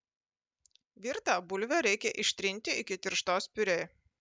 virtą bulvę reikia ištrinti iki tirštos piurė